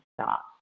stop